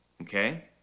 okay